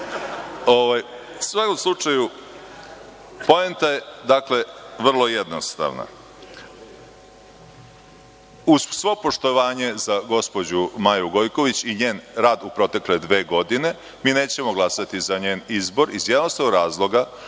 ovde. Poenta je dakle vrlo jednostavna. Uz svo poštovanje za gospođu Maju Gojković i njen rad u protekle dve godine, mi nećemo glasati za njen izbor iz jednostavnog razloga